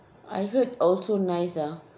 I heard also nice ah